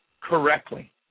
correctly